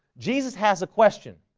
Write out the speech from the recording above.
jesus has a question